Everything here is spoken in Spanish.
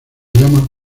llama